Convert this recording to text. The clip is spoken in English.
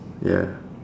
ya